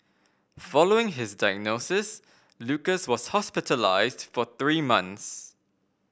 following his diagnosis Lucas was hospitalised for three months